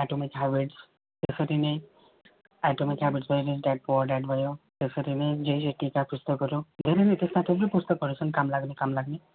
atomic weights त्यसरी नै भयो त्यसरी नै जेजेई का पुस्तकहरू धेरै नै त्यस्ता त्यस्तै पुस्तकहरू छन् काम लाग्ने काम लाग्ने